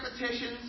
repetitions